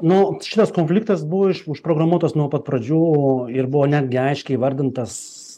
nu šitas konfliktas buvo užprogramuotas nuo pat pradžių ir buvo netgi aiškiai įvardintas